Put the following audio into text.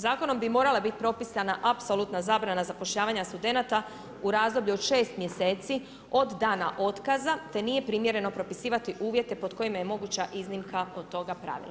Zakonom bi morala biti propisana apsolutna zabrana zapošljavanja studenata u razdoblju od 6 mjeseci od dana otkaza, te nije primjereno propisivati uvjete pod kojima je moguća iznimka od toga pravila.